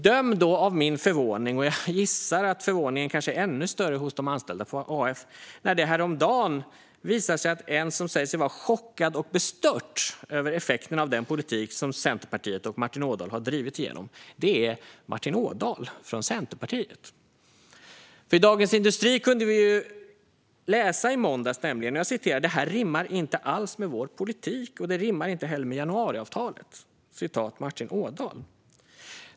Döm då om min förvåning, och jag gissar att förvåningen kanske är ännu större hos de anställda på Arbetsförmedlingen, när det häromdagen visade sig att en som säger sig vara chockad och bestört över effekterna av den politik som Centerpartiet och Martin Ådahl har drivit igenom är Martin Ådahl från Centerpartiet. I Dagens industri kunde vi nämligen i måndags läsa att "det här rimmar inte alls med Centerpartiets politik och det rimmar inte heller med Januariavtalet".